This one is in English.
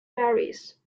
varies